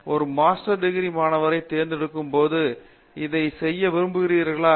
ஒரு master degree மாணவனை தேர்ந்து எடுக்கும்போது இதை செய்ய விரும்புகிறீர்களா